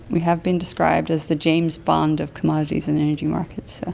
we have been described as the james bond of commodities and energy markets yeah